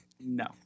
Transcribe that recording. no